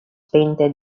painted